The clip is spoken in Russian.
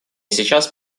сейчас